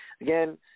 Again